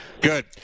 Good